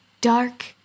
dark